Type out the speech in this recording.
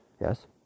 Yes